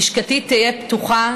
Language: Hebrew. לשכתי תהיה פתוחה,